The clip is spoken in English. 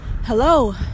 Hello